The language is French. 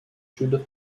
sud